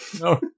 No